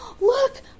look